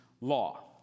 law